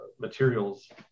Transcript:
Materials